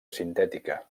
sintètica